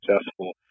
successful